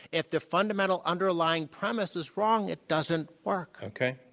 if the fundamental underlying premise is wrong, it doesn't work. okay,